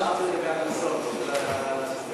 שאלתי לגבי המכסות של, מכסות?